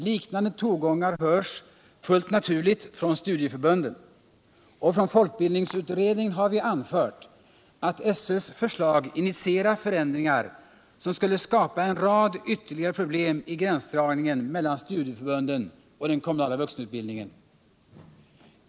Liknande tongångar hörs fullt naturligt från studieförbunden, och från folkbildningsutredningen har vi anfört att SÖ:s förslag initierar förändringar som skulle skapa en rad ytterligare problem i gränsdragningen mellan studieförbunden och den kommunala vuxenutbild ningen.